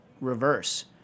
reverse